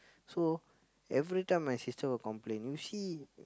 so every time my sister will complain you see